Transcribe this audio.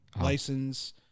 license